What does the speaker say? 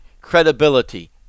credibility